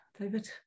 David